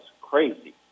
crazy